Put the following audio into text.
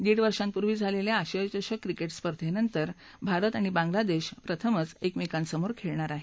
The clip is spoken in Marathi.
दीड वर्षापूर्वी झालेल्या आशिया चषक क्रिकेट स्पर्धेनंतर भारत आणि बांगलादेश प्रथमच एकमेकांसमोर खेळणार आहेत